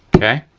okay,